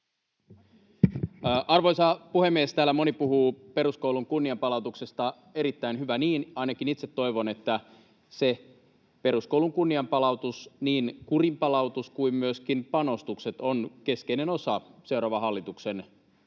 Arvoisa puhemies! Täällä moni puhuu peruskoulun kunnianpalautuksesta. Erittäin hyvä niin — ainakin itse toivon, että se peruskoulun kunnianpalautus, niin kurinpalautus kuin myöskin panostukset, on keskeinen osa seuraavan hallituksen